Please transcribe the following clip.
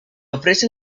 ofrece